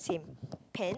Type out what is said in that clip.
same pants